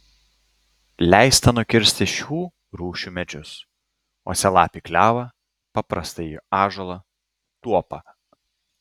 leista nukirsti šių rūšių medžius uosialapį klevą paprastąjį ąžuolą tuopą